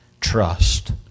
trust